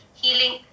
healing